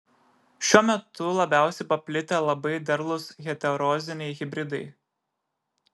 šiuo metu labiausiai paplitę labai derlūs heteroziniai hibridai